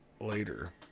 later